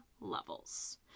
levels